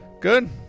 good